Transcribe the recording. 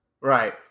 Right